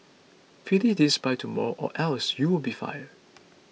finish this by tomorrow or else you'll be fired